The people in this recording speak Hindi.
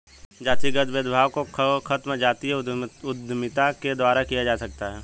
जातिगत भेदभाव को खत्म जातीय उद्यमिता के द्वारा किया जा सकता है